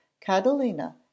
Catalina